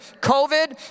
COVID